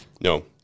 No